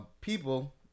people